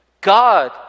God